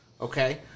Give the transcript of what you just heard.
Okay